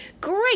great